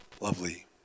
Lovely